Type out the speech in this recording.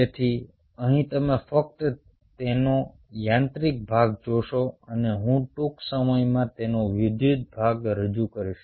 તેથી અહીં તમે ફક્ત તેનો યાંત્રિક ભાગ જોશો અને હું ટૂંક સમયમાં તેનો વિદ્યુત ભાગ રજૂ કરીશ